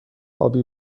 آبی